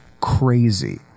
crazy